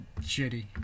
shitty